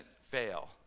fail